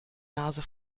nase